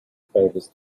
favours